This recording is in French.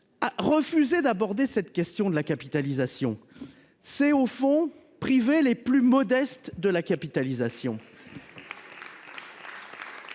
refuser d'aborder cette question de la capitalisation, c'est en priver les plus modestes ! La capitalisation